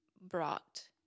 brought